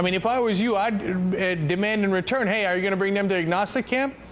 i mean if i was you i'd demand, in return, hey, are you going to bring them to agnostic camp?